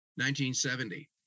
1970